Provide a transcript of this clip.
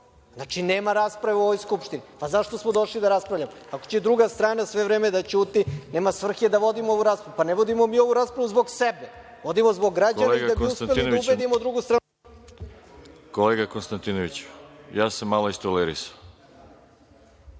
Znači, nema rasprave u ovoj Skupštini. Zašto smo došli da raspravljamo, ako će druga strana sve vreme da ćuti. Nema svrhe da vodimo ovu raspravu. Ne vodimo mi ovu raspravu zbog sebe. Vodimo zbog građana i da bi uspeli da ubedimo drugu stranu da prihvati amandman. **Đorđe